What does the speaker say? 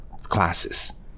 classes